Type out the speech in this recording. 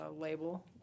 label